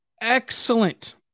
Excellent